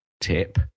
tip